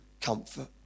comfort